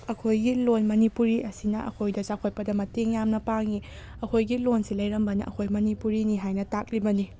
ꯑꯩꯈꯣꯏꯒꯤ ꯂꯣꯟ ꯃꯅꯤꯄꯨꯔꯤ ꯑꯁꯤꯅ ꯑꯩꯈꯣꯏꯕ ꯆꯥꯎꯈꯠꯄꯗ ꯃꯇꯦꯡ ꯌꯥꯝ ꯄꯥꯡꯏ ꯑꯩꯈꯣꯏꯒꯤ ꯂꯣꯟꯁꯤ ꯂꯩꯔꯝꯕꯅ ꯑꯩꯈꯣꯏ ꯃꯅꯤꯄꯨꯔꯤꯅꯤ ꯍꯥꯏꯅ ꯇꯥꯛꯂꯤꯕꯅꯤ